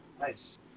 nice